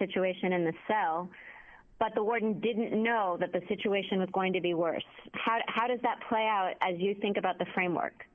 situation in the cell but the warden didn't know that the situation was going to be worse how does that play out as you think about the framework